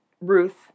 Ruth